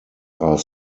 are